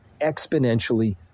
exponentially